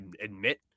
admit